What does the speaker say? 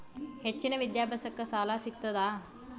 ಹೆಚ್ಚಿನ ವಿದ್ಯಾಭ್ಯಾಸಕ್ಕ ಸಾಲಾ ಸಿಗ್ತದಾ?